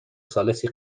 ثالثی